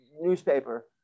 newspaper